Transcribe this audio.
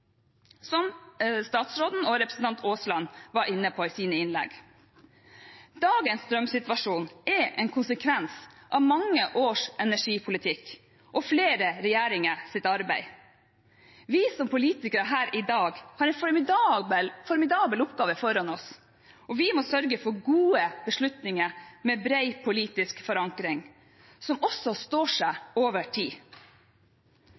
statsråden og representanten Aasland var inne på i sine innlegg. Dagens strømsituasjon er en konsekvens av mange års energipolitikk og flere regjeringers arbeid. Vi som politikere her i dag har en formidabel oppgave foran oss, og vi må sørge for gode beslutninger med bred politisk forankring som også står